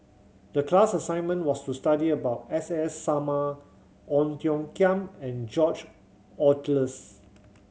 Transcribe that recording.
the class assignment was to study about S S Sarma Ong Tiong Khiam and George Oehlers